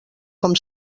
com